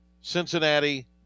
Cincinnati